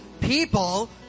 people